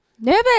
nervous